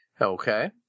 Okay